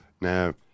now